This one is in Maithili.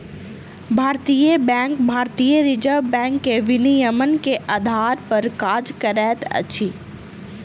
भारतीय बैंक भारतीय रिज़र्व बैंक के विनियमन के आधार पर काज करैत अछि